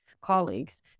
colleagues